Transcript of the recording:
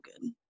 good